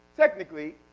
technically